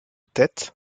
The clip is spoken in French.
tête